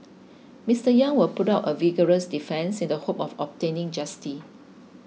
Mister Yang will put up a vigorous defence in the hope of obtaining justice